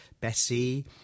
Bessie